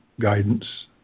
guidance